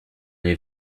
les